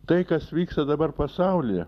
tai kas vyksta dabar pasaulyje